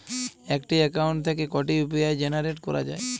একটি অ্যাকাউন্ট থেকে কটি ইউ.পি.আই জেনারেট করা যায়?